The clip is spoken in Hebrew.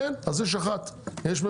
אז יש רק ממשלה.